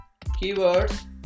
keywords